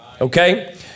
okay